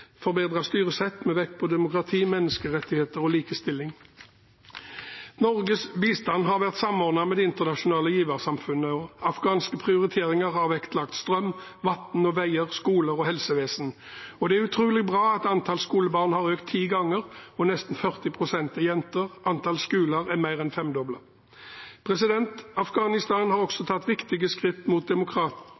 styresett med vekt på demokrati, menneskerettigheter og likestilling. Norges bistand har vært samordnet med det internasjonale giversamfunnet, og afghanske prioriteringer har vektlagt strøm, vann, veier, skoler og helsevesen. Det er utrolig bra at antall skolebarn har økt ti ganger, og nesten 40 pst. er jenter. Antall skoler er mer enn femdoblet. Afghanistan har også tatt viktige skritt mot